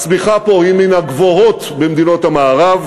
הצמיחה פה היא מן הגבוהות במדינות המערב,